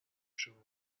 شما